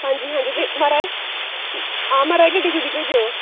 हां जी हां जी महाराज हां महाराज जी गड्डी गुड्डी भेजो